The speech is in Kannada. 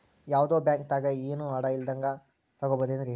ಯಾವ್ದೋ ಬ್ಯಾಂಕ್ ದಾಗ ಏನು ಅಡ ಇಲ್ಲದಂಗ ಸಾಲ ತಗೋಬಹುದೇನ್ರಿ?